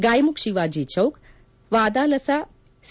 ಗಾಯ್ಲುಖ್ ಶಿವಾಜಿ ಚೌಕ್ ವಾದಾಲಸಾ ಸಿ